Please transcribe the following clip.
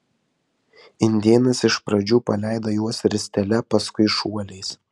indėnas iš pradžių paleido juos ristele paskui šuoliais